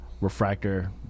refractor